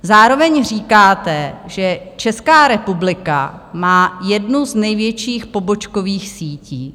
Zároveň říkáte, že Česká republika má jednu z největších pobočkových sítí.